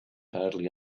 hardly